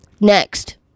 next